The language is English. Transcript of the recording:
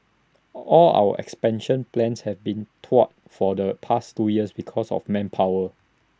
all our expansion plans have been thwarted for the past two years because of manpower